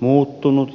muuttunut ja parantunut